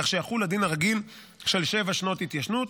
כך שיחול הדין הרגיל של שבע שנות התיישנות.